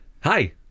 Hi